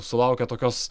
sulaukė tokios